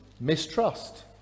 mistrust